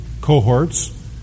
cohorts